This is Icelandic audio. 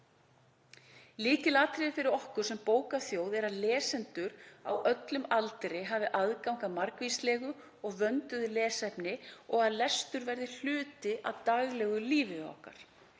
Lykilatriði fyrir okkur sem bókaþjóð er að lesendur á öllum aldri hafi aðgang að margvíslegu og vönduðu lesefni og að lestur verði hluti af daglegu lífi okkar.